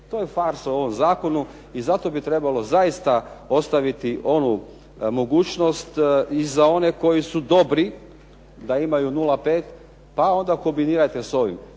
To je farsa u ovom zakonu i zato bi trebalo zaista ostvariti onu mogućnost i za one koji su dobri da imaju nula pet, pa onda kombinirajte onda s ovim.